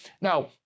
Now